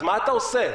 אז מה אתה עושה,